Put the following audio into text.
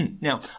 Now